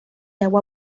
agua